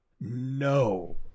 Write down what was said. No